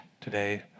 today